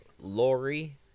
Lori